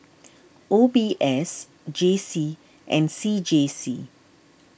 O B S J C and C J C